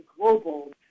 global